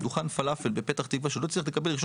דוכן פלאפל בפתח-תקווה שלא הצליח לקבל רישיון